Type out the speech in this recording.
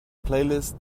playlist